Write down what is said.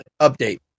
update